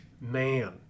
man